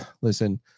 Listen